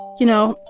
you know,